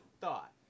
thought